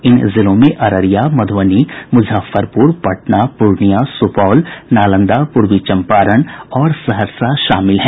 इन जिलों में अररिया मधुबनी मुजफ्फरपुर पटना पूर्णियां सुपौल नालंदा पूर्वी चम्पारण और सहरसा शामिल हैं